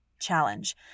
challenge